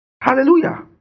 Hallelujah